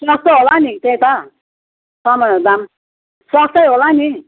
सस्तो होला नि त्यता समय दाम सस्तै होला नि